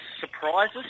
surprises